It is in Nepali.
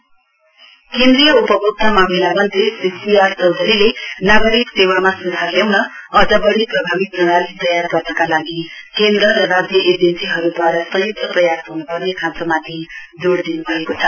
कन्फरेन्स अव् ई गर्भनेन्स केन्द्रीय उपभोक्ता मामिला मन्त्री श्री सीआर चौधरील नागरिक सेवाका सुधार ल्याउनका अझ बढी प्रभावारी प्रणाली तयार गर्नका लागि केन्द्र र राज्य एजेन्सीहरूद्वारा संयुक्त प्रयास ह्नुपर्ने खाँचोमाथि जोड दिनु भएको छ